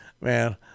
man